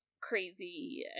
crazy